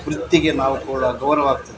ವೃತ್ತಿಗೆ ನಾವು ತೋರುವ ಗೌರವ ಆಗ್ತದೆ